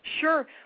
Sure